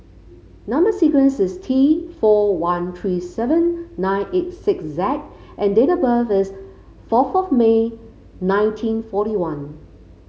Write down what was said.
number sequence is T four one three seven nine eight six Z and date of birth is fourth of May nineteen forty one